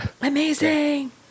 Amazing